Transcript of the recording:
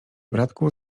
bratku